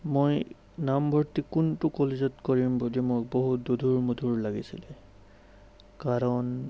মই নামভৰ্তি কোনটো কলেজত কৰিম বুলি মই বহুত দোধোৰ মোধোৰ লাগিছিল কাৰণ